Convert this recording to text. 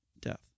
death